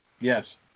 Yes